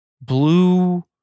blue